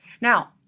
Now